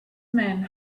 men